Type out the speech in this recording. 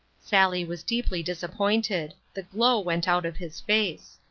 sally was deeply disappointed the glow went out of his face.